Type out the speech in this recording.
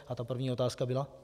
A ta první otázka byla?